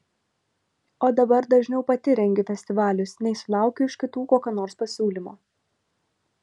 o dabar dažniau pati rengiu festivalius nei sulaukiu iš kitų kokio nors pasiūlymo